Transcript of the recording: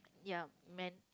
ya man